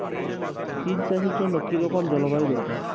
তিল চাষের জন্য কি রকম জলবায়ু দরকার?